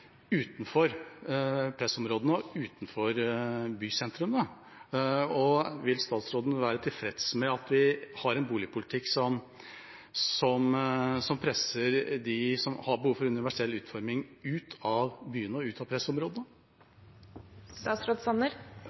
utenfor pressområdene og utenfor bysentrene. Vil statsråden være tilfreds med at vi har en boligpolitikk som presser dem som har behov for universell utforming ut av byene og ut av pressområdene?